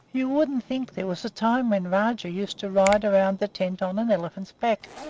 you wouldn't think there was a time when rajah used to ride around the tent on an elephant's back,